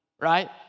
right